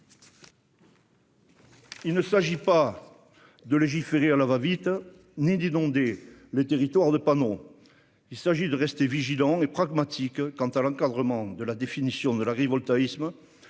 Il ne s'agit ni de légiférer à la va-vite ni d'inonder les territoires de panneaux photovoltaïques, mais de rester vigilants et pragmatiques quant à l'encadrement de la définition de l'agrivoltaïsme